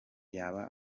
yaba